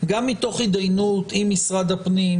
גם מתוך התדיינות עם משרד הפנים,